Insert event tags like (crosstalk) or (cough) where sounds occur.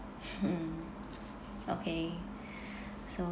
(noise) okay so